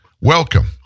welcome